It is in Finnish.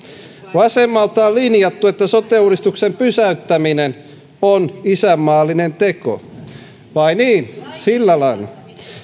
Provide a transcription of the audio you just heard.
vasemmalta on linjattu että sote uudistuksen pysäyttäminen on isänmaallinen teko vai niin sillä lailla